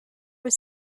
was